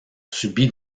subi